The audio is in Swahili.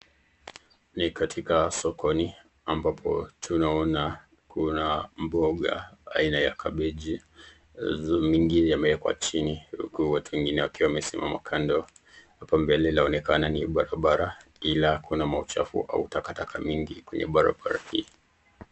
Ni latika sokoni ambapo tunaona kuna mboga aina ya kabeji mingi yameekwa chini huku wengine wakiwa wamesimama kando ,hapo mbele inaonekana ni barabara ila una machafu au takataka mingi kwenye barabara hii.